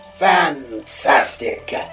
Fantastic